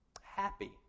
happy